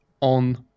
on